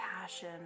passion